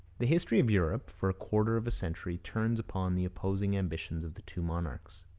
the history of europe for a quarter of a century turns upon the opposing ambitions of the two monarchs.